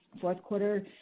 Fourth-quarter